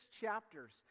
chapters